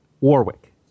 Warwick